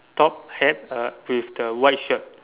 top hat uh with the white shirt